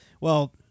well-